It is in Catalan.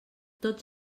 tots